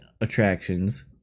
attractions